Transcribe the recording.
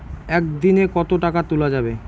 একদিন এ কতো টাকা তুলা যাবে?